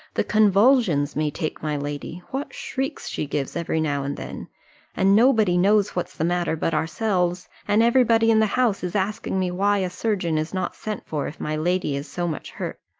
the convulsions may take my lady. what shrieks she gives every now and then and nobody knows what's the matter but ourselves and every body in the house is asking me why a surgeon is not sent for, if my lady is so much hurt.